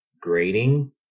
grading